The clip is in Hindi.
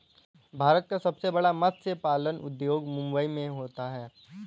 भारत का सबसे बड़ा मत्स्य पालन उद्योग मुंबई मैं होता है